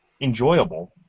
enjoyable